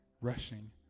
rushing